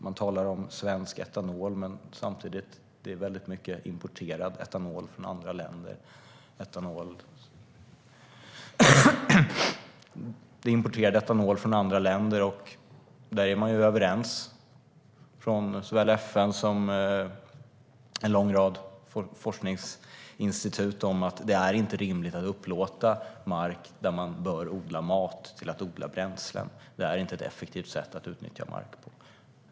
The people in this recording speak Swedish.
Man talar om svensk etanol, men väldigt mycket etanol importeras från andra länder. Man är också överens från såväl FN som en lång rad forskningsinstitut om att det inte är rimligt att upplåta mark där man bör odla mat till odling av bränslen. Det är inte ett effektivt sätt att utnyttja mark på.